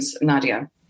Nadia